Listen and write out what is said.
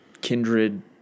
Kindred